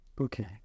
Okay